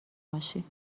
باشی